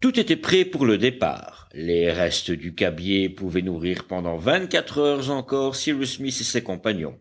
tout était prêt pour le départ les restes du cabiai pouvaient nourrir pendant vingt-quatre heures encore cyrus smith et ses compagnons